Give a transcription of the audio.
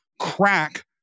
crack